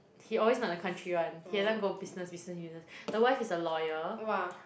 he always not in the country [one] he every time go business business business the wife is a lawyer